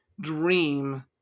dream